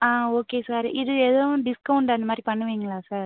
ஆ okay sir இது எதுவும் discount அந்தமாதிரி பண்ணுவீங்களா சார்